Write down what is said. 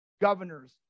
governors